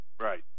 Right